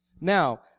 Now